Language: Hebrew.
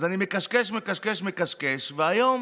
אז אני מקשקש, מקשקש, מקשקש, והיום